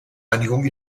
einigung